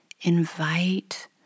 Invite